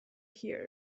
here